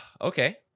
Okay